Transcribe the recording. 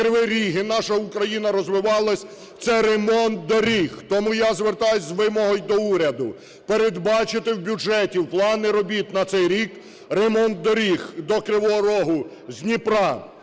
наша Україна розвивалися, - це ремонт доріг. Тому я звертаюся з вимогою до уряду: передбачити в бюджеті плани робіт на цей рік ремонт доріг до Кривого Рогу з Дніпра,